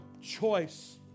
choice